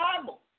Bible